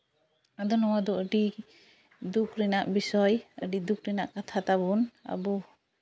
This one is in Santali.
ᱟᱫᱚ ᱱᱚᱣᱟᱫᱚ ᱟᱹᱰᱤ ᱫᱩᱠ ᱨᱮᱱᱟᱜ ᱵᱤᱥᱚᱭ ᱟᱹᱰᱤ ᱫᱩᱠ ᱨᱮᱱᱟᱜ ᱠᱟᱛᱷᱟ ᱛᱟᱵᱚᱱ ᱟᱵᱚ